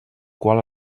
qual